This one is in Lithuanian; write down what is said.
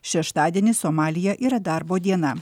šeštadienį somalyje yra darbo diena